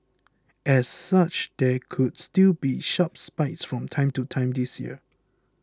as such there could still be sharp spikes from time to time this year